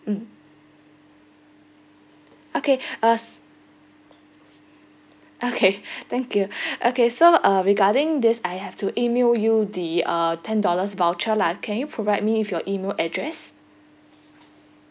mm okay uh s~ okay thank you okay so uh regarding this I have to email you the uh ten dollars voucher lah can you provide me with your email address